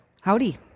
Howdy